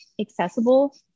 accessible